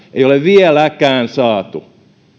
ei ole vieläkään saatu